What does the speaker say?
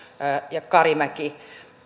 ja karimäki